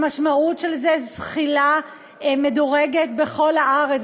המשמעות של זה היא זחילה מדורגת בכל הארץ,